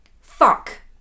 fuck